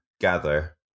gather